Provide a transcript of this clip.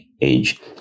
age